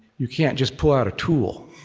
you can't just pull out a tool.